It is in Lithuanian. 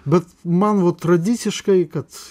bet man va tradiciškai kad